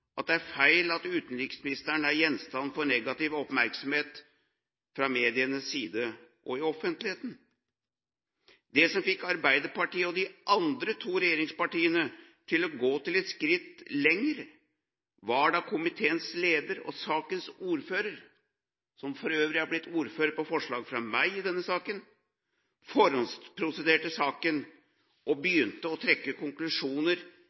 at det er feil at utenriksministeren er gjenstand for negativ oppmerksomhet fra medienes og offentlighetens side. Det som fikk Arbeiderpartiet og de andre to regjeringspartiene til å gå et skritt lenger, var at komiteens leder og sakens ordfører – som for øvrig ble ordfører etter forslag fra meg i denne saken – forhåndsprosederte saken og begynte å trekke konklusjoner